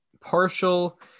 partial